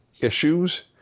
issues